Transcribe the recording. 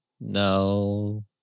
No